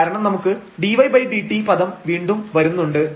കാരണം നമുക്ക് dydt പദം വീണ്ടും വരുന്നുണ്ട്